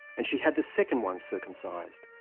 and she had the second one circumcised,